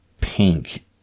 pink